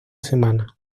semana